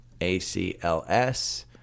ACLS